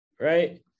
right